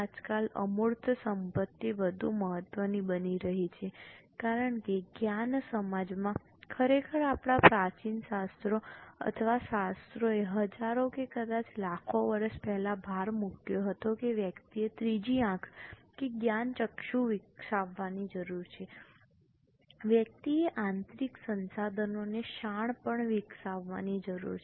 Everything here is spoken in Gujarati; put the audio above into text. આજકાલ અમૂર્ત સંપત્તિ વધુ મહત્વની બની રહી છે કારણ કે જ્ઞાન સમાજમાં ખરેખર આપણા પ્રાચીન શાસ્ત્રો અથવા શાસ્ત્રોએ હજારો કે કદાચ લાખો વર્ષ પહેલાં ભાર મૂક્યો હતો કે વ્યક્તિએ ત્રીજી આંખ કે જ્ઞાનચક્ષુ વિકસાવવાની જરૂર છે વ્યક્તિએ આંતરિક સંસાધનોને શાણપણ વિકસાવવાની જરૂર છે